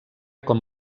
com